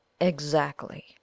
Exactly